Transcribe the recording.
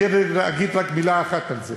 אני אגיד רק מילה אחת על זה.